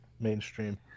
mainstream